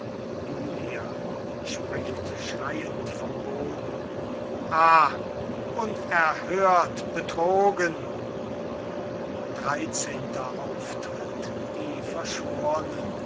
julia springt schreiend vom boden ah unerhört betrogen dreizehnter auftritt die verschwornen